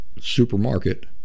supermarket